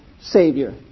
Savior